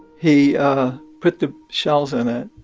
he put the shells in it.